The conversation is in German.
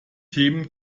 themen